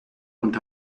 und